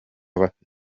bafite